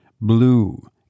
Blue